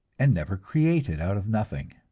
and never created out of nothing.